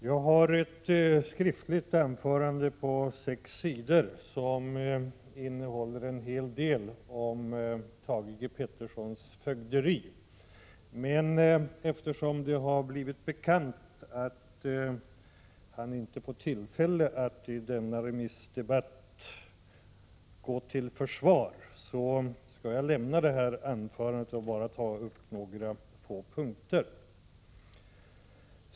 Jag har ett skriftligt anförande på sex sidor som innehåller en hel del om Thage G. Petersons fögderi, men eftersom det har blivit bekant att han inte får tillfälle att i denna allmänpolitiska debatt gå till försvar, skall jag lämna det anförandet och bara ta upp några få punkter.